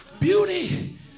beauty